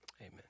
amen